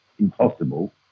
impossible